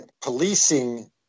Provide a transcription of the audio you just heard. policing